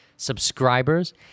subscribers